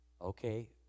Okay